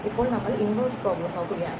ഇപ്പോൾ നമ്മൾ inverse problem നോക്കുകയാണ്